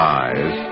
eyes